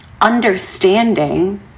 Understanding